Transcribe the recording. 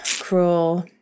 cruel